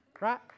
Right